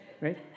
right